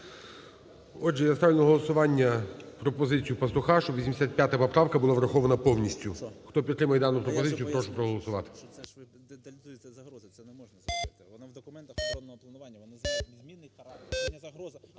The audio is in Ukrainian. Отже, я ставлю на голосування пропозицію Пастуха, щоб 85 поправка була врахована повністю. Хто підтримує дану пропозицію, прошу проголосувати.